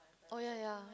oh ya ya